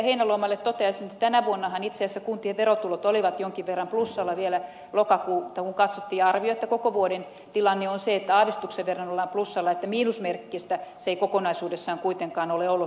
heinäluomalle toteaisin että tänä vuonnahan itse asiassa kuntien verotulot olivat jonkin verran plussalla vielä lokakuuta kun katsottiin ja arvio on että koko vuoden tilanne on se että aavistuksen verran ollaan plussalla että miinusmerkkistä se ei kokonaisuudessaan kuitenkaan ole ollut